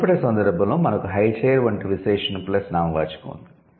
మునుపటి సందర్భంలో మనకు 'హై చెయిర్' వంటి విశేషణం ప్లస్ నామవాచకం ఉంది